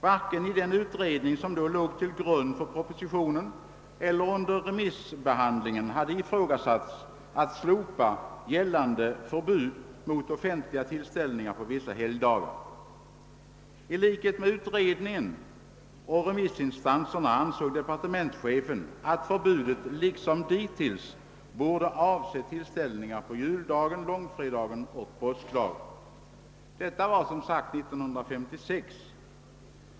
Varken i den utredning som då låg till grund för propositionen eller under remissbehandlingen hade ifrågasatts att slopa gällande förbud mot offentliga tillställningar på vissa helgdagar. I likhet med utredningen och remissinstanserna ansåg departementschefen att förbudet liksom dittills borde avse tillställningar på juldagen, långfredagen och påskdagen. Detta var som sagt år 1956.